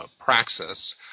praxis